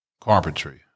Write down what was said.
carpentry